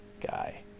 guy